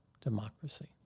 democracy